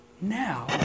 now